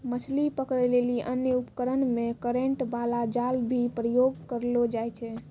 मछली पकड़ै लेली अन्य उपकरण मे करेन्ट बाला जाल भी प्रयोग करलो जाय छै